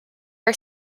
are